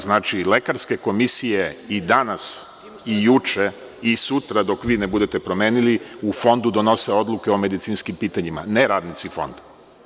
Znači, lekarske komisije i danas i juče i sutra dok vi ne budete promenili, u fondu donose odluke o medicinskim pitanjima, ne radnici fonda.